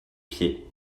pied